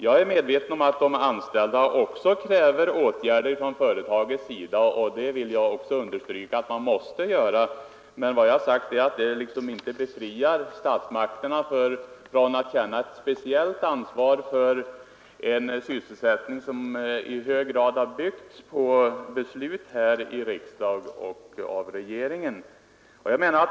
Jag är medveten om att de anställda också kräver åtgärder från företagets sida, och jag vill understryka att så måste ske, men det befriar inte statsmakterna från att känna ett speciellt ansvar för en sysselsättning som i hög grad har byggts på beslut av riksdag och regering.